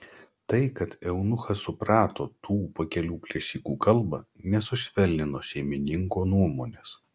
tai kad eunuchas suprato tų pakelių plėšikų kalbą nesušvelnino šeimininko nuomonės